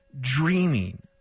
dreaming